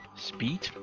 speed.